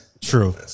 True